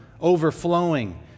overflowing